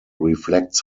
reflects